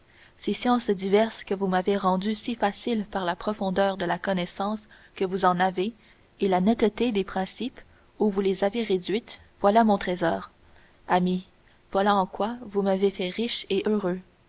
ces sciences diverses que vous m'avez rendues si faciles par la profondeur de la connaissance que vous en avez et la netteté des principes où vous les avez réduites voilà mon trésor ami voilà en quoi vous m'avez fait riche et heureux